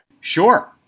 Sure